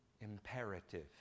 imperative